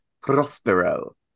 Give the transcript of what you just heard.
Prospero